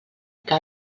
que